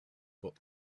book